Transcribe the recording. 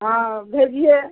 हाँ भेजिए